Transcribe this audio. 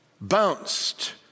Bounced